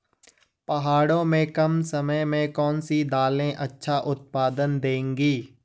पहाड़ों में कम समय में कौन सी दालें अच्छा उत्पादन देंगी?